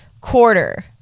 quarter